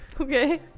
Okay